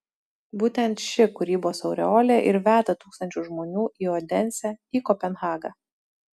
būtent ši kūrybos aureolė ir veda tūkstančius žmonių į odensę į kopenhagą